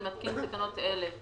אני מתקין תקנות אלה: